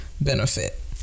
benefit